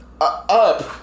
up